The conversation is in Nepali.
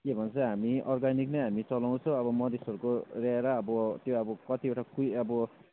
के भन्छ हामी अर्ग्यानिक नै हामी चलाउँछ अब मधेसहरूको ल्याएर अब त्यो अब कतिवटा कुहि अब